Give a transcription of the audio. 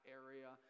area